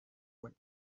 went